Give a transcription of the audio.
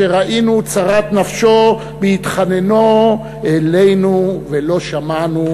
"אשר ראינו צרת נפשו בהתחננו אלינו ולא שמענו",